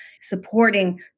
supporting